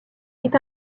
est